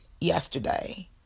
yesterday